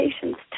patients